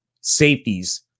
safeties